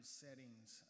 settings